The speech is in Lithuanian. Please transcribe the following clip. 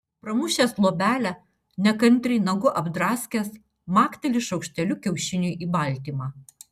pramušęs luobelę nekantriai nagu apdraskęs makteli šaukšteliu kiaušiniui į baltymą